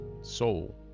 soul